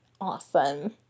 awesome